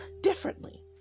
differently